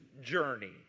journey